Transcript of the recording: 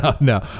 No